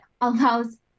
allows